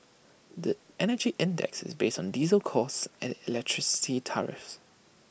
the Energy Index is based on diesel costs and electricity tariffs